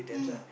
mm